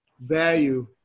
value